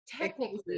technically